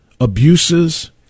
abuses